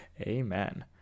Amen